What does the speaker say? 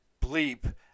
bleep